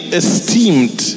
esteemed